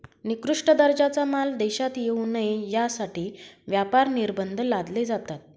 निकृष्ट दर्जाचा माल देशात येऊ नये यासाठी व्यापार निर्बंध लादले जातात